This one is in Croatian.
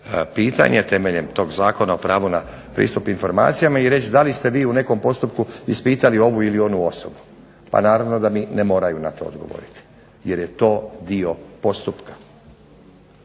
pitanje temeljem tog Zakona o pravu na pristup informacijama i reći da ste vi u nekom postupku ispitali ovu ili onu osobu. Pa naravno da mi na to ne moraju odgovoriti jer je to dio postupka.